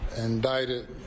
indicted